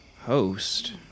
Host